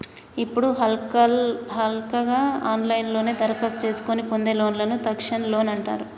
ఇప్పుడు హల్కగా ఆన్లైన్లోనే దరఖాస్తు చేసుకొని పొందే లోన్లను తక్షణ లోన్ అంటారు